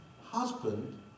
husband